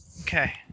Okay